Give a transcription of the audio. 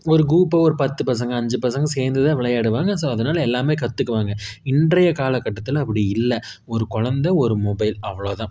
ஒரு குரூப்பில் ஒரு பத்து பசங்க அஞ்சு பசங்க சேர்ந்துதான் விளையாடுவாங்க ஸோ அதனால் எல்லாமே கற்றுக்குவாங்க இன்றைய காலக்கட்டத்தில் அப்படி இல்லை ஒரு குழந்த ஒரு மொபைல் அவ்வளவுதான்